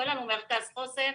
אין לנו מרכז חוסן.